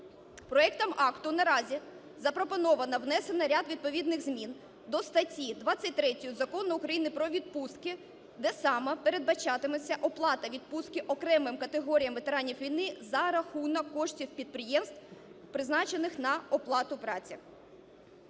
Проектом акта наразі запропоновано внесення ряду відповідних змін до статті 23 Закону України "Про відпустки", де саме передбачатиметься оплата відпустки окремим категоріям ветеранів війни за рахунок коштів підприємств, призначених на оплату праці.